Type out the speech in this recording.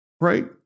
right